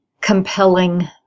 compelling